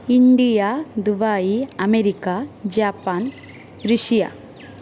India Dubai America Japan Russia